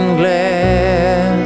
glass